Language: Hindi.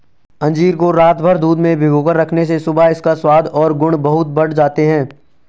अंजीर को रातभर दूध में भिगोकर रखने से सुबह इसका स्वाद और गुण बहुत बढ़ जाते हैं